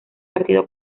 partido